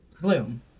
bloom